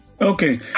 Okay